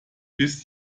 bis